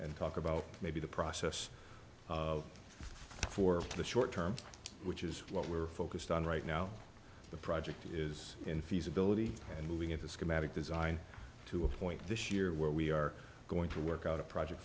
and talk about maybe the process for the short term which is what we're focused on right now the project is in feasibility and moving into schematic design to a point this year where we are going to work out a project